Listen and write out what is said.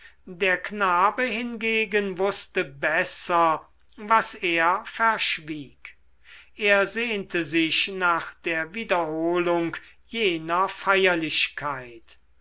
der knabe hingegen wußte besser was er verschwieg er sehnte sich nach der wiederholung jener feierlichkeit